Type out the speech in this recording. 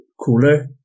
cooler